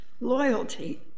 loyalty